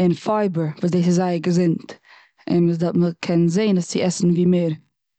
און פייבער, וואס דאס איז זייער געזונט. און מ'קען זעהן עס צו עסן ווי מער.